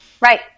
Right